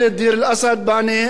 איחוד מוצלח.